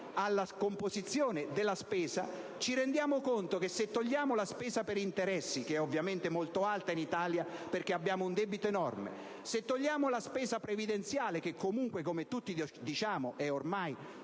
alla composizione della spesa, ci rendiamo conto che, se togliamo la spesa per interessi (che ovviamente è molto alta in Italia, perché abbiamo un debito enorme), se togliamo la spesa previdenziale, che comunque, come tutti affermiamo, è ormai